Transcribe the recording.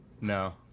No